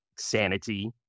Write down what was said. Sanity